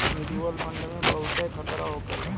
mutual fund में बहुते खतरा होखेला